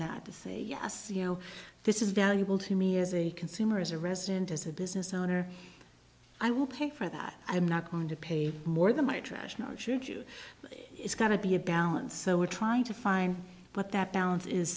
that to say yes you know this is valuable to me as a consumer as a resident as a business owner i will pay for that i am not going to pay more than my trash no should you it's got to be a balance so we're trying to find but that balance is